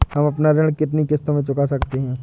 हम अपना ऋण कितनी किश्तों में चुका सकते हैं?